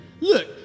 Look